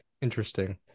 interesting